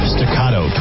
Staccato